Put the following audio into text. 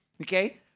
okay